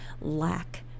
lack